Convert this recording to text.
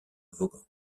vaughan